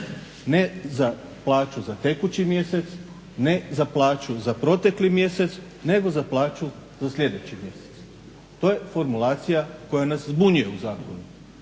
Ne za plaću za tekući mjesec, ne za plaću za protekli mjesec nego za plaću za sljedeći mjesec. To je formulacija koja nas zbunjuje u zakonu.